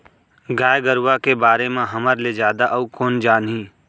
गाय गरूवा के बारे म हमर ले जादा अउ कोन जानही